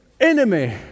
enemy